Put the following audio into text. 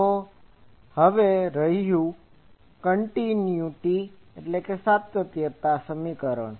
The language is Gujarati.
તો હવે રહ્યું કન્ટીન્યુટીContinuityસાતત્ય સમીકરણ